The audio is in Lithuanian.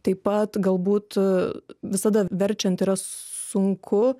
taip pat galbūt visada verčiant yra sunku